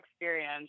experience